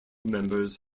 members